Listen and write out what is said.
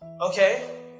Okay